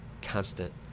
constant